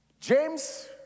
James